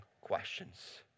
questions